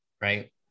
Right